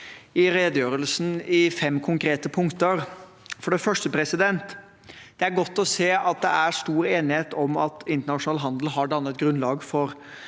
i redegjørelsen, i fem konkrete punkter. For det første: Det er godt å se at det er stor enighet om at internasjonal handel har dannet grunnlag for